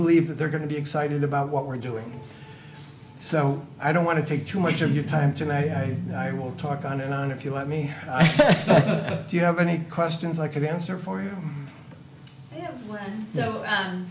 believe that they're going to be excited about what we're doing so i don't want to take too much of your time tonight i know i will talk on and on if you let me do you have any questions i can answer for